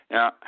Now